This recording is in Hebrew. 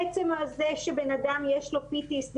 עצם זה שלבן אדם יש PTSD,